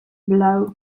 below